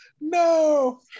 No